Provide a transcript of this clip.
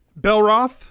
Belroth